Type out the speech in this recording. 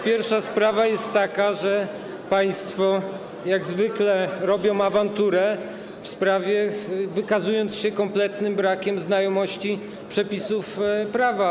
Pierwsza sprawa jest taka, że państwo jak zwykle robią awanturę, wykazując się kompletnym brakiem znajomości przepisów prawa.